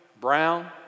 brown